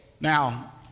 Now